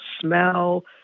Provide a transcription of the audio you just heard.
smell